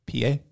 PA